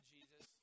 Jesus